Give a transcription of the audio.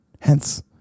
hence